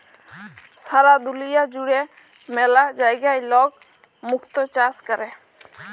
সারা দুলিয়া জুড়ে ম্যালা জায়গায় লক মুক্ত চাষ ক্যরে